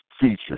features